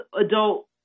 adult